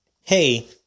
Hey